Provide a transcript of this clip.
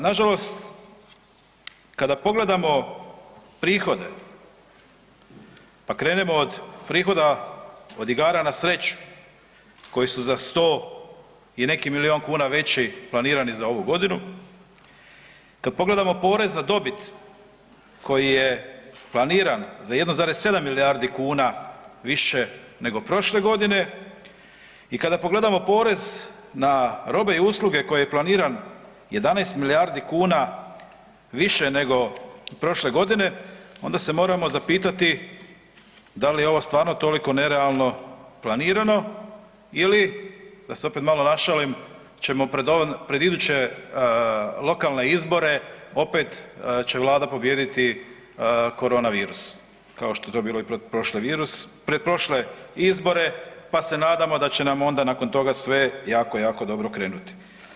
Na žalost kada pogledamo prihode pa krenemo od prihoda od igara za sreću koji su za 100 i neki milijun kuna veći, planirani za ovu godinu, kad pogledamo porez na dobit koji je planiran za 1,7 milijardu kuna više nego prošle godine i kada pogledamo porez na robe i usluge koji je planiran 11 milijardi kuna više nego prošle godine, onda se moramo zapitati da li je ovo stvarno toliko nerealno planirano ili da se opet malo našalim ćemo pred iduće lokalne izbore opet će Vlada pobijediti corona virus kao što je to bilo i pretprošle izbore, pa se nadamo da će nam onda nakon toga sve jako, jako dobro krenuti.